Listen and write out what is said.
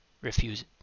refuse